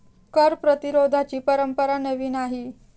कर प्रतिरोधाची परंपरा नवी नाही